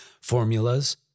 formulas